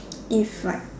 if like